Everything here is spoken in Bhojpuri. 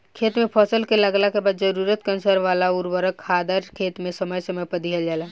खेत में फसल के लागला के बाद जरूरत के अनुसार वाला उर्वरक खादर खेत में समय समय पर दिहल जाला